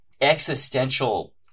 existential